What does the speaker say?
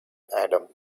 adam